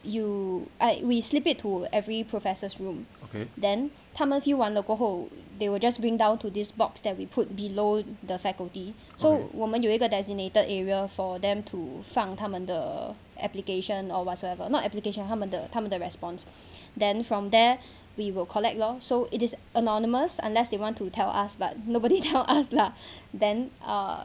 you I we slip it to every professors room then 他们 fill 完了过后 they will just bring down to this box that we put below the faculty so 我们有一个 designated area for them to 放他们的 application or whatsoever not application 他们的他们的 response then from there we will collect lor so it is anonymous unless they want to tell us but nobody tell us lah then err